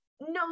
no